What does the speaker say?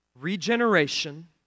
Regeneration